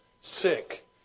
sick